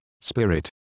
spirit